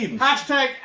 Hashtag